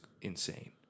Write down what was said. insane